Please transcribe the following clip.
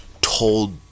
told